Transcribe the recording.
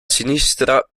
sinistra